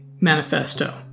manifesto